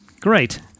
Great